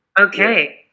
Okay